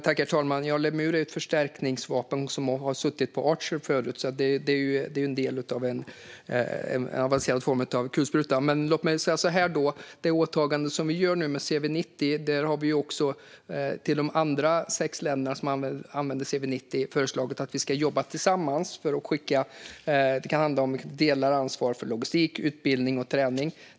Herr talman! Lemur är ett förstärkningsvapen som har suttit på Archer förut, en del av en avancerad form av kulspruta. Låt mig säga så här: Nu gör vi ett åtagande med CV90, och till de övriga sex länderna som använder CV90 har vi föreslagit att vi ska jobba tillsammans. Det kan handla om delat ansvar för logistik, utbildning och träning.